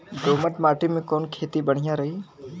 दोमट माटी में कवन खेती बढ़िया रही?